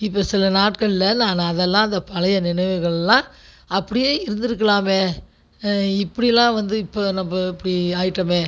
இப்போ சில நாட்களில் நான் அதெலாம் அந்த பழைய நினைவுகளெலாம் அப்படியே இருந்திருக்குலாமே இப்படிலாம் வந்து இப்ப நம்ப இப்படி ஆயிட்டோமே